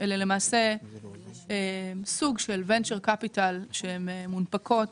אלה למעשה סוג של "ונצ'ר קפיטל" שמונפקות